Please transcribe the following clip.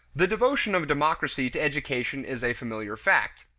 the devotion of democracy to education is a familiar fact.